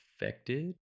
affected